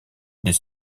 des